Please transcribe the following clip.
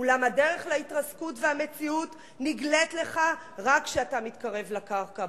אולם הדרך להתרסקות והמציאות נגלית לך רק כשאתה מתקרב לקרקע.